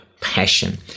passion